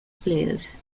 players